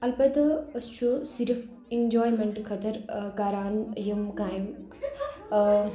البتہ أسۍ چھِ صِرف ایٚنجوایمیٚنٹہٕ خٲطرٕ ٲں کَران یِم کامہِ ٲں